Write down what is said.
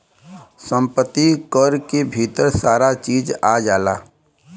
सम्पति कर के भीतर सारा चीज आ जाला